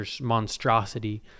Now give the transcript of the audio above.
monstrosity